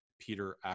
Peter